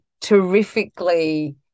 terrifically